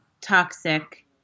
toxic